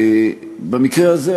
במקרה הזה,